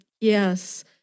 yes